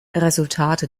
resultate